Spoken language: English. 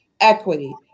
equity